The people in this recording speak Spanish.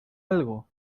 algo